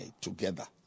together